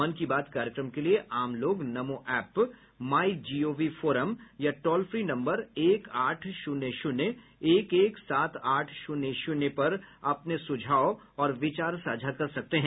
मन की बात कार्यक्रम के लिए आम लोग नमो ऐप माईजीओवी फोरम या टोल फ्री नंबर एक आठ शून्य शून्य एक एक सात आठ शून्य शून्य पर अपने सुझाव और विचार साझा कर सकते हैं